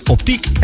Optiek